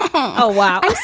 oh, wow